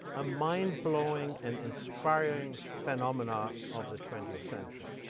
a mind-blowing and inspiring phenomenon of the twentieth century